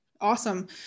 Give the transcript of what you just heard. awesome